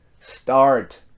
start